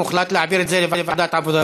הוחלט להעביר את הנושא לוועדת העבודה,